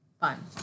Fun